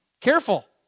careful